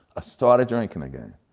started drinking again.